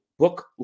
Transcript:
book